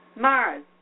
Mars